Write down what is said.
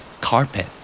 Carpet